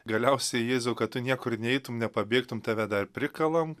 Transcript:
galiausiai jėzau kad tu niekur neįeitum nepabėgtum tave dar prikalam